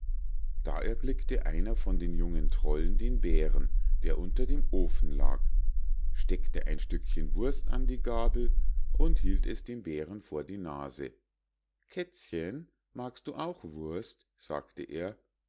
da erblickte einer von den jungen trollen den bären der unter dem ofen lag steckte ein stückchen wurst an die gabel und hielt es dem bären vor die nase kätzchen magst auch wurst sagte er